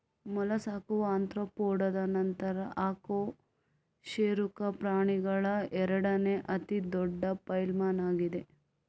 ಮೊಲಸ್ಕಾವು ಆರ್ತ್ರೋಪೋಡಾದ ನಂತರ ಅಕಶೇರುಕ ಪ್ರಾಣಿಗಳ ಎರಡನೇ ಅತಿ ದೊಡ್ಡ ಫೈಲಮ್ ಆಗಿದೆ